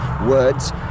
words